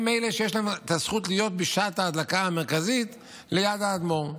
הם אלה שיש להם את הזכות להיות בשעת ההדלקה המרכזית ליד האדמו"ר.